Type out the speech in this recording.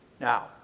Now